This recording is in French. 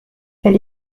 elle